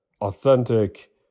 authentic